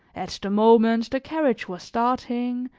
at the moment the carriage was starting,